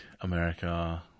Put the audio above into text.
america